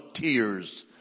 tears